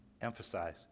emphasize